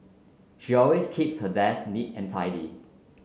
she always keeps her desk neat and tidy